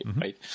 right